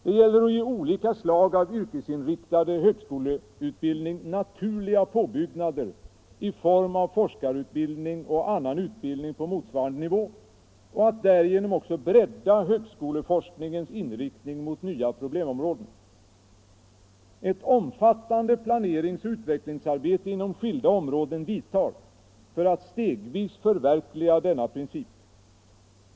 Det gäller att ge olika slag av yrkesinriktad högskoleutbildning naturliga påbyggnader i form av forskarutbildning och annan utbildning på motsvarande nivå och att därigenom också bredda högskoleforskningens inriktning mot nya problemområden. Ett omfattande planeringsoch utvecklingsarbete inom skilda områden vidtar nu för att stegvis förverkliga denna princip.